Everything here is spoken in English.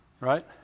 Right